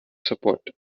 support